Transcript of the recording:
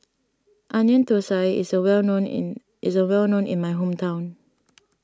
Onion Thosai is well known in is well known in my hometown